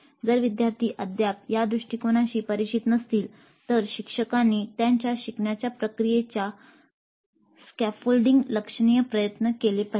जर विद्यार्थी अद्याप या दृष्टिकोनाशी परिचित नसतील तर शिक्षकांनी त्यांच्या शिकण्याच्या प्रक्रियेच्या स्पॉलफोल्डिंगसाठी लक्षणीय प्रयत्न केले पाहिजेत